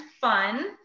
fun